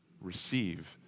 receive